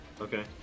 okay